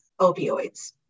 opioids